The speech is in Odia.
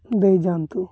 ଦେଇଯାଆନ୍ତୁ